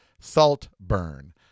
Saltburn